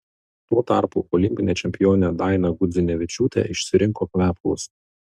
tuo tarpu olimpinė čempionė daina gudzinevičiūtė išsirinko kvepalus